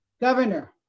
Governor